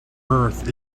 earth